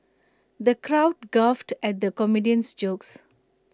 the crowd guffawed at the comedian's jokes